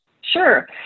Sure